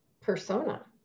persona